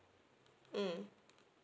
mm